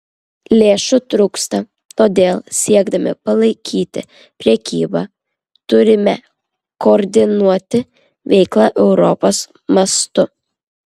lėšų trūksta todėl siekdami palaikyti prekybą turime koordinuoti veiklą europos mastu